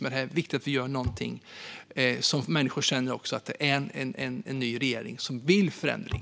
Men det är viktigt att vi gör något så att människor känner att vi har en ny regering som vill göra förändringar.